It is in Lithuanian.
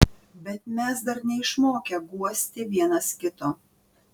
bet mes dar neišmokę guosti vienas kito